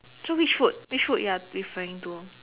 so which food which food you are referring to